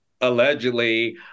allegedly